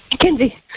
Kenzie